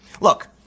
Look